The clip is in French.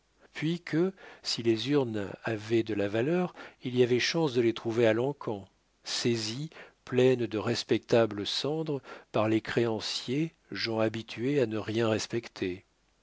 puis que si les urnes avaient de la valeur il y avait chance de les trouver à l'encan saisies pleines de respectables cendres par les créanciers gens habitués à ne rien respecter